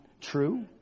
true